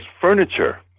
furniture